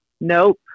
nope